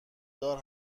دار